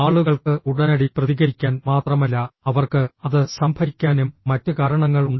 ആളുകൾക്ക് ഉടനടി പ്രതികരിക്കാൻ മാത്രമല്ല അവർക്ക് അത് സംഭരിക്കാനും മറ്റ് കാരണങ്ങളുണ്ട്